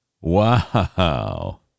Wow